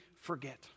forget